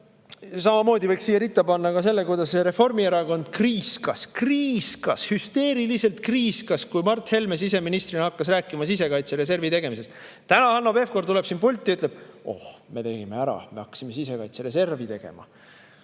Samamoodi võiks siia ritta panna ka selle, kuidas Reformierakond kriiskas – kriiskas, hüsteeriliselt kriiskas! –, kui Mart Helme siseministrina hakkas rääkima sisekaitsereservi tegemisest. Täna Hanno Pevkur tuleb siin pulti ja ütleb: "Oh, me tegime ära, hakkasime sisekaitsereservi tegema."